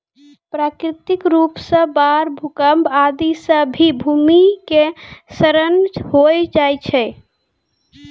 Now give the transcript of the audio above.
प्राकृतिक रूप सॅ बाढ़, भूकंप आदि सॅ भी भूमि के क्षरण होय जाय छै